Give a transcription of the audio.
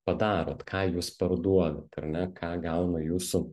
padarot ką jūs parduodat ar ne ką gauna jūsų